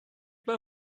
mae